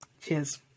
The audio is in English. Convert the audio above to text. cheers